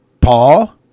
Paul